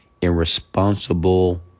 irresponsible